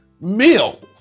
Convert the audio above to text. meals